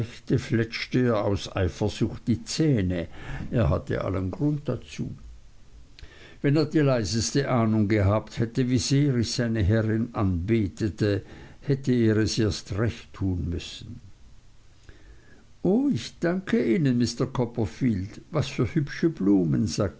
fletschte er aus eifersucht die zähne er hatte allen grund dazu wenn er die leiseste ahnung gehabt hätte wie sehr ich seine herrin anbetete hätte er es erst recht tun müssen o ich danke ihnen mr copperfield was für hübsche blumen sagte